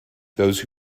those